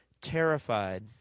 terrified